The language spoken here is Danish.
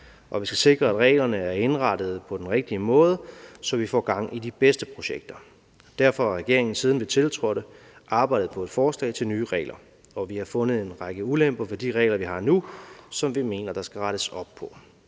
vi skal sikre, at reglerne er indrettet på den rigtige måde, så vi får gang i de bedste projekter. Derfor har regeringen, siden vi tiltrådte, arbejdet på et forslag til nye regler, og vi har fundet en række ulemper ved de regler, vi har nu, som vi mener at der skal rettes op på.